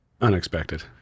Unexpected